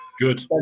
Good